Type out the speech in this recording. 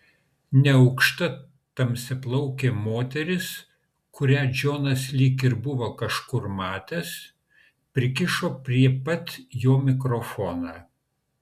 neaukšta tamsiaplaukė moteris kurią džonas lyg ir buvo kažkur matęs prikišo prie pat jo mikrofoną